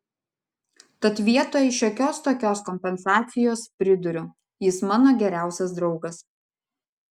tad vietoj šiokios tokios kompensacijos priduriu jis mano geriausias draugas